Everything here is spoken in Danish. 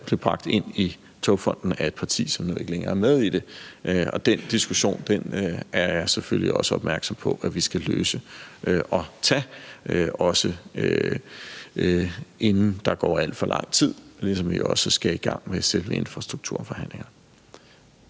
især blev bragt ind i Togfonden DK af et parti, som ikke længere er med i det. Den diskussion er jeg selvfølgelig også opmærksom på at vi skal tage og få det løst, også inden der går al for lang tid, ligesom vi også skal i gang med selve infrastrukturforhandlingerne.